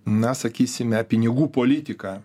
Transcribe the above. na sakysime pinigų politika